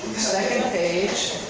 second page.